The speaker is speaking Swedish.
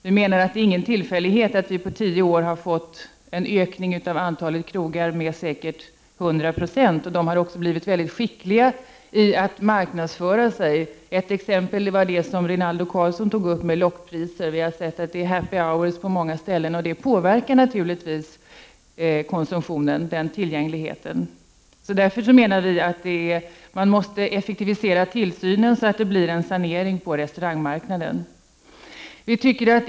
Det är inte någon tillfällighet att antalet krogar har ökat med 100 96 på tio år, och de har blivit mycket skickliga på att marknadsföra sig. Rinaldo Karlsson tog upp exemplet med lockpriser, och det är ”happy hours” på många ställen. Den tillgängligheten påverkar naturligtvis konsumtionen. Därför måste tillsynen effektiviseras, så att det blir en sanering på restaurangmarknaden.